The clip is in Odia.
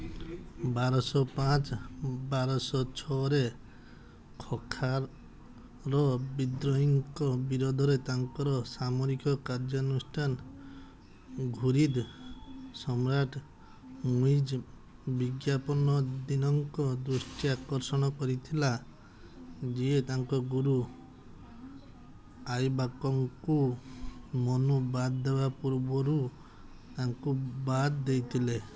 ବାରଶହ ପାଞ୍ଚ ବାରଶହ ଛଅରେ ଖୋଖାର ବିଦ୍ରୋହୀଙ୍କ ବିରୋଧରେ ତାଙ୍କର ସାମରିକ କାର୍ଯ୍ୟାନୁଷ୍ଠାନ ଘୁରିଦ୍ ସମ୍ରାଟ ମୁଇଜ ବିଜ୍ଞାପନ ଦିନଙ୍କ ଦୃଷ୍ଟି ଆକର୍ଷଣ କରିଥିଲା ଯିଏ ତାଙ୍କ ଗୁରୁ ଆଇବାକଙ୍କୁ ମନୁ ବାଦ ଦେବା ପୂର୍ବରୁ ତାଙ୍କୁ ବାଦ ଦେଇଥିଲେ